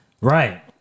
Right